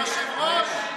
היושב-ראש,